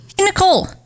Nicole